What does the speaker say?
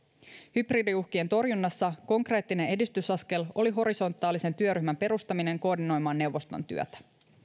hybridiuhkien torjunnassa konkreettinen edistysaskel oli horisontaalisen työryhmän perustaminen koordinoimaan neuvoston työtä